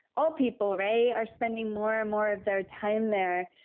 all people, right, are spending more and more of their time there,